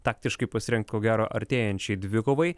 taktiškai pasirengt ko gero artėjančiai dvikovai